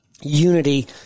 unity